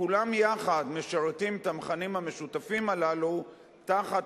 וכולם יחד משרתים את המכנים המשותפים הללו תחת